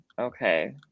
okay